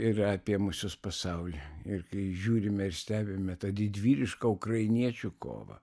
yra apėmusios pasaulį ir kai žiūrime ir stebime tą didvyrišką ukrainiečių kovą